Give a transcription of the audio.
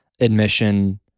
admission